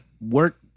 work